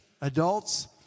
Adults